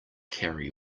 carry